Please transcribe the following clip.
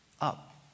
up